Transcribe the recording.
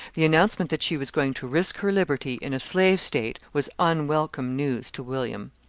the announcement that she was going to risk her liberty in a slave state was unwelcome news to william.